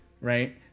right